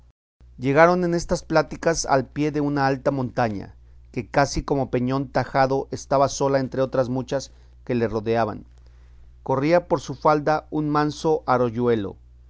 llegaron en estas pláticas al pie de una alta montaña que casi como peñón tajado estaba sola entre otras muchas que la rodeaban corría por su falda un manso arroyuelo